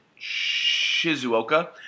Shizuoka